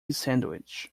sandwich